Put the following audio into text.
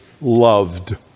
loved